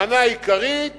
מנה עיקרית